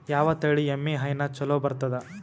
ಯಾವ ತಳಿ ಎಮ್ಮಿ ಹೈನ ಚಲೋ ಬರ್ತದ?